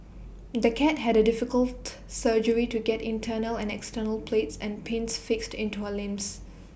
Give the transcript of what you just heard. the cat had A difficult surgery to get internal and external plates and pins fixed into her limbs